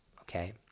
Okay